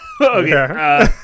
Okay